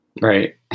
Right